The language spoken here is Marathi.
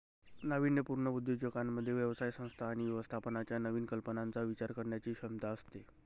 नाविन्यपूर्ण उद्योजकांमध्ये व्यवसाय संस्था आणि व्यवस्थापनाच्या नवीन कल्पनांचा विचार करण्याची क्षमता असते